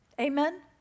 Amen